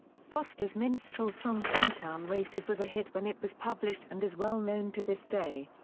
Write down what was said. foster's minstrel song camptown races was a hit when it was published and is well-known to this day.